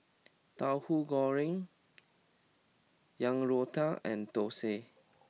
Tauhu Goreng Yang Rou Tang and Thosai